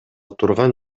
турган